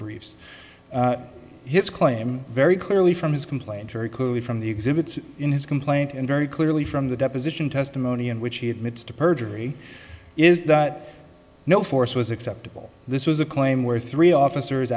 briefs his claim very clearly from his complaint very clearly from the exhibits in his complaint and very clearly from the deposition testimony in which he admits to perjury is that no force was acceptable this was a claim where three officers